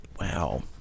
Wow